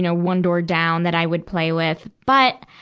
and one door down that i would play with. but,